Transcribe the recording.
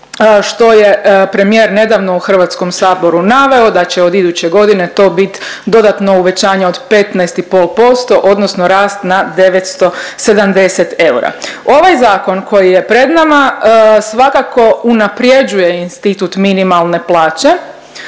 što je premijer nedavno u HS-u naveo, da će od iduće godine to bit dodatno uvećanje od 15,5% odnosno rast na 970 eura. Ovaj Zakon koji je pred nama svakako unaprjeđuje institut minimalne plaće,